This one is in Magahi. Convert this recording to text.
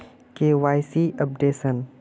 KYC updation?